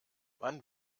wann